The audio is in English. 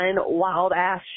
wild-ass